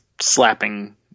slapping